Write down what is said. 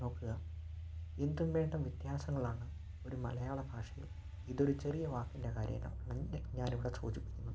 നോക്കുക എന്തും വണ്ണം വ്യത്യാസങ്ങളാണ് ഒരു മലയാള ഭാഷയില് ഇതൊരു ചെറിയ വാക്കിന്റെ കാര്യമാണ് ഞാനിവിടെ സൂചിപ്പിക്കുന്നത്